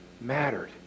mattered